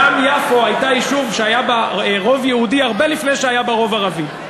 גם יפו הייתה יישוב שהיה בו רוב יהודי הרבה לפני שהיה בו רוב ערבי.